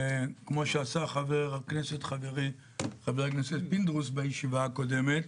כמו שעשה חברי חבר הכנסת פינדרוס בישיבה הקודמת